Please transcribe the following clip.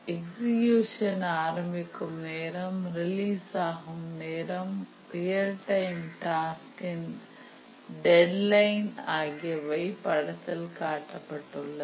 execution ஆரம்பிக்கும் நேரம் release ஆகும் நேரம் ரியல் டைம்டாஸ்க் இன் டெட்லைன் ஆகியவை படத்தில் காட்டப் பட்டுள்ளது